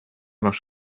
nos